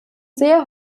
sehr